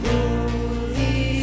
Holy